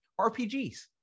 RPGs